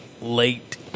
late